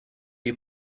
you